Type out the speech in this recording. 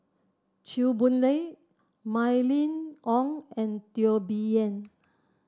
Chew Boon Lay Mylene Ong and Teo Bee Yen